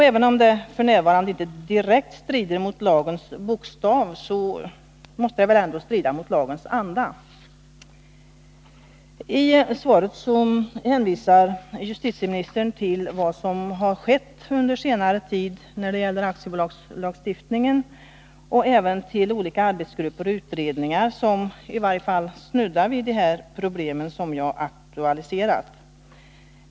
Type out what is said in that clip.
Även om detta f. n. inte direkt strider mot lagens bokstav, måste det väl ändå strida mot lagens anda. I svaret hänvisar justitieministern till vad som har skett under senare tid när det gäller aktiebolagslagstiftningen och även till olika arbetsgrupper och utredningar som snuddar vid de problem jag har aktualiserat.